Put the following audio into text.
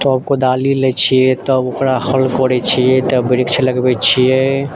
तब कोदाली लै छियै तब ओकरा हल करै छियै तब वृक्ष लगबै छियै